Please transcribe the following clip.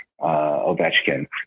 Ovechkin